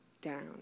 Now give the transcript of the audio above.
down